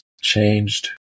changed